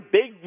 big